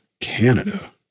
Canada